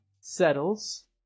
settles